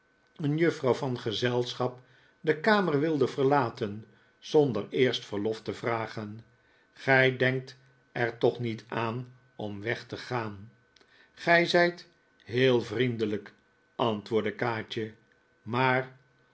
een juffrouw van gezelschap de kamer wilde verlaten zonder eerst verlof te vragen gij denkt er toch niet aan om weg te gaan gij zijt heel vriendelijk antwoordde kaatje maar